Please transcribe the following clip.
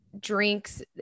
drinks